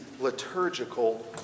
liturgical